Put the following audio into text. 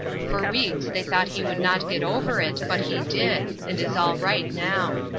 for weeks they thought he would not get over it but he did, and is all right, now.